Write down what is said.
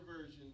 version